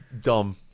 Dumb